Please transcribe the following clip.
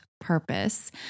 purpose